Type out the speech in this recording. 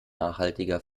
nachhaltiger